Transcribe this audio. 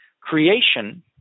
creation